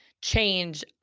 change